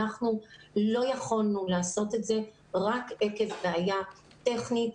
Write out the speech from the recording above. אנחנו לא יכולנו לעשות את זה רק עקב בעיה טכנית.